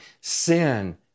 Sin